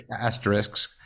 asterisks